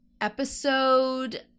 episode